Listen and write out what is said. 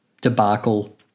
debacle